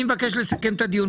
אני מבקש לסכם את הדיון.